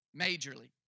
majorly